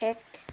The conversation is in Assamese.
এক